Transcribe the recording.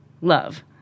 love